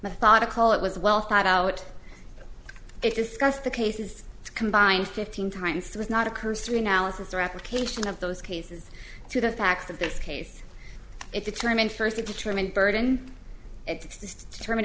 methodical it was well thought out it discussed the cases combined fifteen times was not a cursory analysis or application of those cases to the facts of this case it determined first determine burden